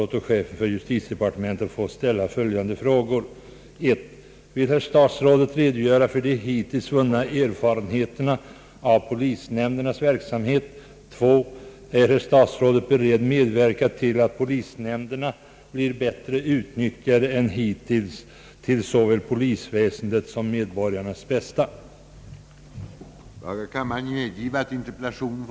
Det synes mig synnerligen angeläget att åtgärder vidtages för att skydda djurägarna mot dylika förluster. Den av vårriksdagen 1966 rekommenderade utredningen angående engångsglasen synes därför mer angelägen nu än tidigare.